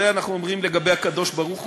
זה אנחנו אומרים לגבי הקדוש-ברוך-הוא.